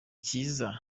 cyiza